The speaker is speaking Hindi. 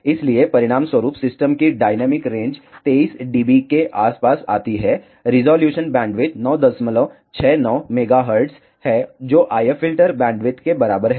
इसलिए परिणामस्वरूप सिस्टम की डायनेमिक रेंज 23 dB के आसपास आती है रिज़ॉल्यूशन बैंडविड्थ 969 MHz है जो IF फ़िल्टर बैंडविड्थ के बराबर है